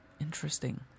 Interesting